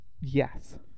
Yes